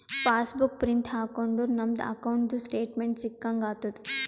pass book print ಹಾಕೊಂಡುರ್ ನಮ್ದು ಅಕೌಂಟ್ದು ಸ್ಟೇಟ್ಮೆಂಟ್ ಸಿಕ್ಕಂಗ್ ಆತುದ್